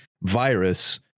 virus